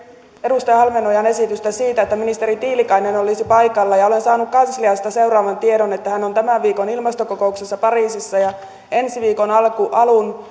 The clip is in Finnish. edustaja halmeenpään esitystä siitä että ministeri tiilikainen olisi paikalla olen saanut kansliasta tiedon että hän on tämän viikon ilmastokokouksessa pariisissa ja ensi viikon alun